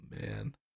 man